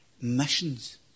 missions